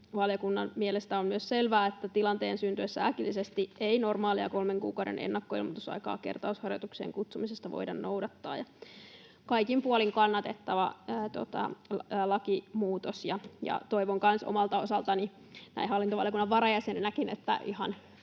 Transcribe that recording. valiokunnan mielestä on myös selvää, että tilanteen syntyessä äkillisesti ei normaalia kolmen kuukauden ennakkoilmoitusaikaa kertausharjoitukseen kutsumisesta voida noudattaa. Kaikin puolin kannatettava lakimuutos, ja toivon kanssa omalta osaltani, näin hallintovaliokunnan varajäsenenäkin, että